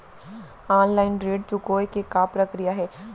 Online ऋण चुकोय के का प्रक्रिया हे?